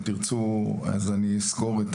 אם תרצו אז אני אסקור,